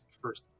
first